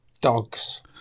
Dogs